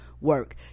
work